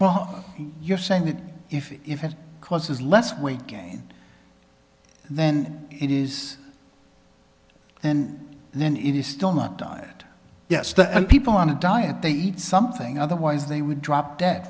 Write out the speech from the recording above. you're saying that if it causes less weight gain then it is and then it is still not diet yes the people on a diet they eat something otherwise they would drop dead